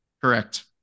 Correct